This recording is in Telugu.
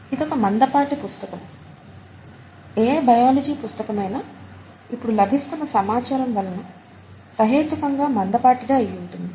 ఇదొక మందపాటి పుస్తకం ఏ బయాలజీ పుస్తకమైనా ఇప్పుడు లభిస్తున్న సమాచారం వల్ల సహేతుకంగా మండపాటిదే అయ్యుంటుంది